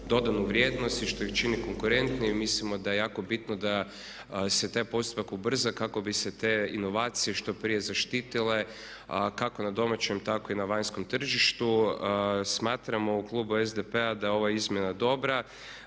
dodanu vrijednost i što ih čini konkurentnijim. Mi mislimo da je jako bitno da se taj postupak ubrza kako bi se te inovacije što prije zaštitile kako na domaćem tako i na vanjskom tržištu. Smatramo u klubu SDP-a da je ova izmjena dobra